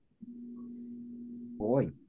Boy